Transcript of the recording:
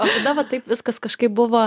o tada va taip viskas kažkaip buvo